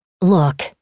Look